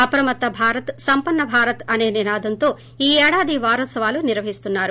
అప్రమత్త భారత్ సంపన్న భారత్ అనే నినాదంతో ఈ ఏడాది వారోత్సవాలు నిర్వహిస్తున్నారు